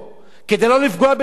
כדי לא לפגוע באזרחים.